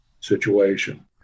situation